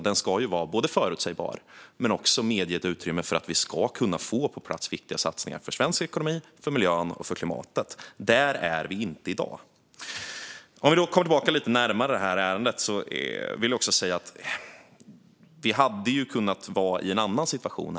Den ska vara förutsägbar och medge utrymme för att få på plats viktiga satsningar för svensk ekonomi, för miljön och för klimatet. Där är vi inte i dag. Låt oss gå tillbaka närmare ärendet. Vi hade kunnat vara i en annan situation.